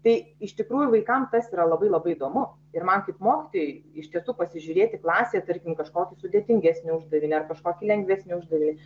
tai iš tikrųjų vaikam tas yra labai labai įdomu ir man kaip mokytojai iš tiesų pasižiūrėti klasėje tarkim kažkokį sudėtingesnį uždavinį ar kažkokį lengvesnį uždavinį